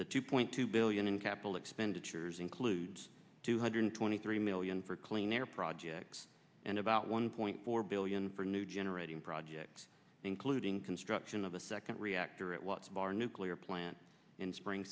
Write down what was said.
the two point two billion in capital expenditures includes two hundred twenty three million for clean air projects and about one point four billion for new generating proud including construction of a second reactor at what's of our nuclear plant in spring